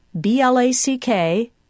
b-l-a-c-k